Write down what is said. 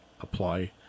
apply